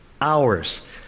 Hours